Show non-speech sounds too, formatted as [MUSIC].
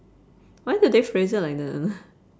why do they phrase it like that [NOISE]